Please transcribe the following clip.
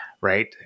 Right